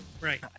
Right